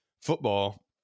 football